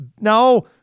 No